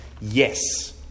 yes